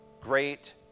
great